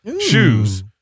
shoes